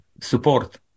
support